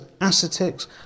ascetics